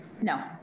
No